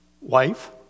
wife